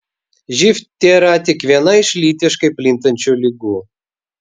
živ tėra tik viena iš lytiškai plintančių ligų